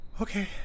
Okay